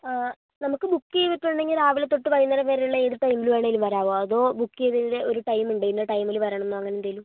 നമുക്ക് ബുക്ക് ചെയ്തിട്ടുണ്ടെങ്കിൽ രാവിലെ തൊട്ട് വൈകുന്നേരം വരെയുള്ള ഏതു ടൈമിൽ വേണമെങ്കിലും വരാമോ അതോ ബുക്ക് ചെയ്തതിൽ ഒരു ടൈമുണ്ട് ഇന്ന ടൈമിൽ വരണമെന്നോ അങ്ങനെയെന്തെങ്കിലും